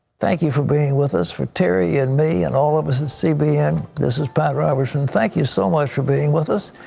thank you for being with us. for terry and me and all of us at cbn, this is pat robertson. thank you so much for being with us.